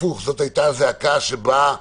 שזאת היתה זעקה שבאה